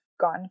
gone